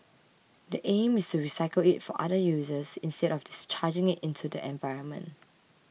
the aim is to recycle it for other users instead of discharging it into the environment